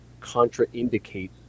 contraindicate